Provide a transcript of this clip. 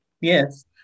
Yes